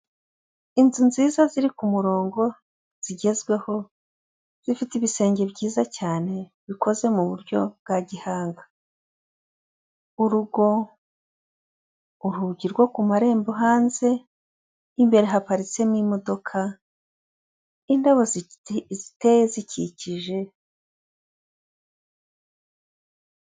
Inzu nziza ziri kumurongo zigezweho zifite ibisenge byiza cyane bikoze muburyo bwa gihanga urugo, urugi rwo ku marembo hanze'mbere haparitsemo imodoka indabo ziteye zikikije.